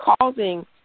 causing